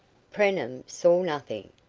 preenham saw nothing,